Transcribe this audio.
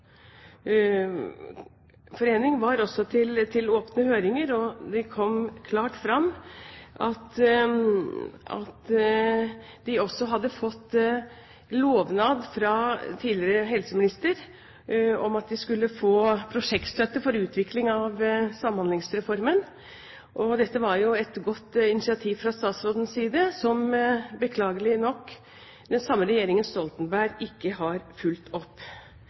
var også til åpen høring, og det kom klart fram at de hadde fått lovnad fra tidligere helseminister om at de skulle få prosjektstøtte for utvikling av Samhandlingsreformen. Dette var jo et godt initiativ fra statsrådens side, som beklagelig nok den samme regjeringen Stoltenberg ikke har fulgt opp.